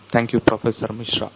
thank you professor Mishra